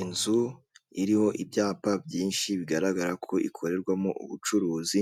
Inzu iriho ibyapa byinshi bigaragara ko ikorerwamo ubucuruzi